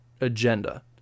agenda